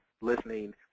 listening